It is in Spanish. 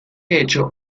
hecho